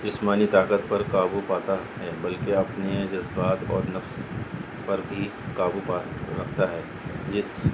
جسمانی طاقت پر قابو پاتا ہے بلکہ اپنے جذبات اور نفس پر بھی قابو پا رکھتا ہے جس